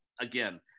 again